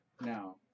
now